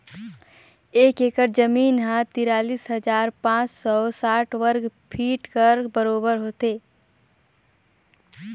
एक एकड़ जमीन ह तिरालीस हजार पाँच सव साठ वर्ग फीट कर बरोबर होथे